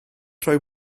rhoi